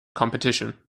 competition